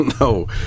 no